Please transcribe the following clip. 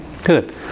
Good